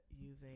using